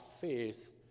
faith